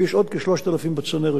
ויש עוד כ-3,000 בצנרת,